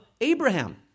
Abraham